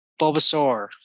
Bulbasaur